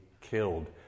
killed